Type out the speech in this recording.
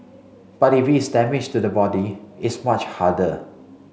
but if it's damage to the body it's much harder